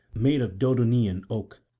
made of dodonian oak.